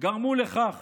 גרמו לכך